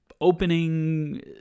opening